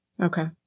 Okay